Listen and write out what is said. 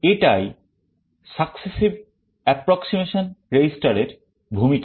এটাই successive approximation register এর ভূমিকা